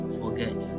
forget